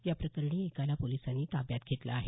या प्रकरणी एकाला पोलिसांनी ताब्यात घेतलं आहे